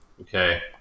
Okay